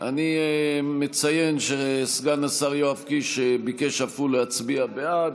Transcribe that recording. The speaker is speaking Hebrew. אני מציין שסגן השר יואב קיש ביקש אף הוא להצביע בעד,